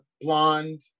blonde